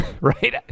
right